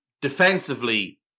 Defensively